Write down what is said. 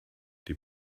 die